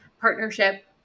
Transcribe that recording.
partnership